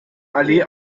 allee